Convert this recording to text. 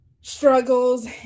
struggles